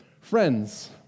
Friends